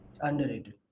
Underrated